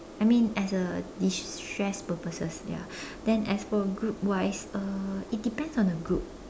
I mean as a destress purposes ya then as for group wise uh it depends on the group